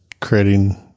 creating